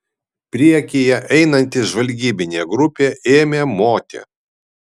priekyje einanti žvalgybinė grupė ėmė moti